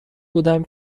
بودم